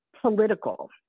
political